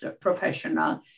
professional